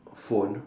phone